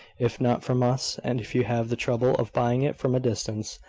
if not from us and if you have the trouble of buying it from a distance,